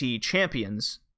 champions